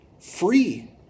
free